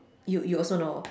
you you also know